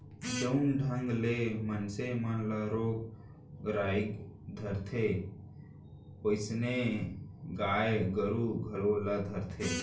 जउन ढंग ले मनसे मन ल रोग राई धरथे वोइसनहे गाय गरू घलौ ल धरथे